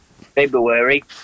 February